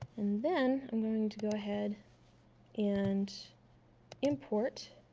and then, i'm going to go ahead and import.